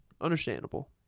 Understandable